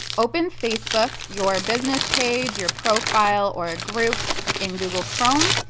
open facebook, your business page, your profile or a group in google chrome,